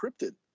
encrypted